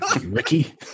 Ricky